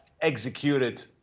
executed